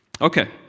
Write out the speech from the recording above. Okay